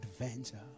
adventure